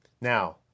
Now